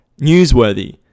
Newsworthy